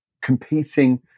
competing